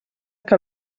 que